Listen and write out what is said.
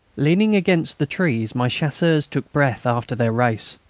leaning against the trees, my chasseurs took breath after their race.